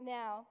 now